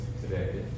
today